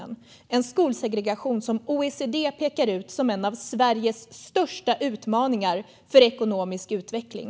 Det är en skolsegregation som OECD pekar ut som en av Sveriges största utmaningar för ekonomisk utveckling.